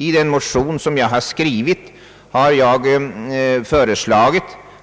I den motion som jag har väckt här i kammaren föreslås